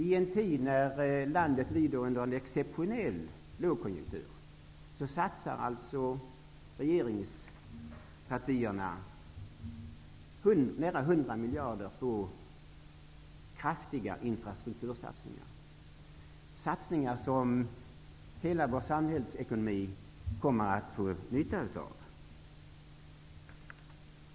I en tid när landet lider under en exceptionell lågkonjunktur avsätter alltså regeringspartierna nära 100 miljarder till kraftiga infrastruktursatsningar, som hela vår samhällsekonomi kommer att få nytta av.